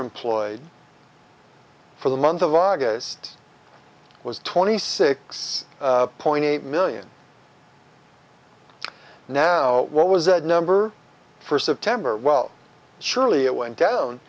underemployed for the month of august was twenty six point eight million now what was that number for september well surely it went down